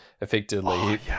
effectively